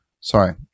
sorry